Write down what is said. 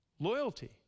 loyalty